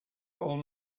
old